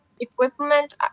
equipment